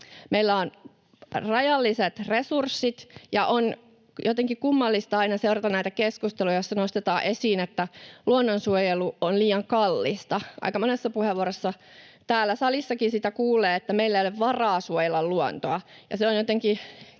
Meillä on rajalliset resurssit, ja on jotenkin kummallista aina seurata näitä keskusteluja, joissa nostetaan esiin, että luonnonsuojelu on liian kallista. Aika monessa puheenvuorossa täällä salissakin sitä kuulee, että meillä ei ole varaa suojella luontoa, ja se on jotenkin